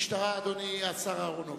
משטרה, אדוני השר אהרונוביץ.